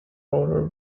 order